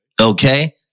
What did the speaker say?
Okay